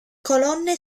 colonne